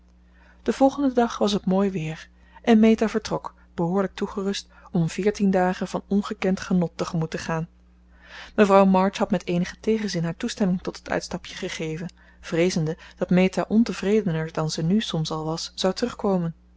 den volgenden dag was het mooi weer en meta vertrok behoorlijk toegerust om veertien dagen van ongekend genot tegemoet te gaan mevrouw march had met eenigen tegenzin haar toestemming tot het uitstapje gegeven vreezende dat meta ontevredener dan ze nu soms al was zou terugkomen